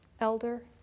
elder